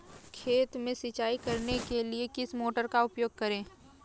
खेत में सिंचाई करने के लिए किस मोटर का उपयोग करें?